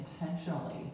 intentionally